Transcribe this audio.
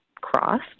crossed